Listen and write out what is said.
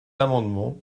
amendement